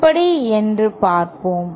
எப்படி என்று பார்ப்போம்